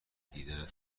دیدنت